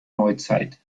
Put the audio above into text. neuzeit